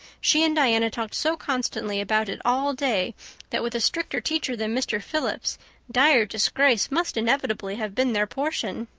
she and diana talked so constantly about it all day that with a stricter teacher than mr. phillips dire disgrace must inevitably have been their portion.